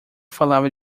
falava